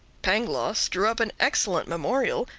pangloss drew up an excellent memorial,